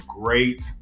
great